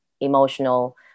emotional